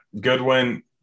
Goodwin